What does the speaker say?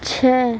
چھ